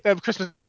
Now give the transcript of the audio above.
Christmas